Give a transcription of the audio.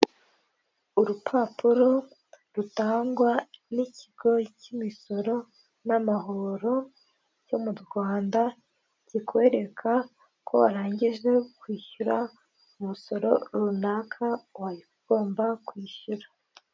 Urupapuro rutangwa n'ikigo cy'imisoro n'amahoro cyo mu Rwanda, kikwereka ko warangije kwishyura umusoro runaka wawe ugomba kwishyura.